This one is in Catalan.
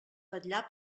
vetllar